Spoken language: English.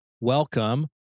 Welcome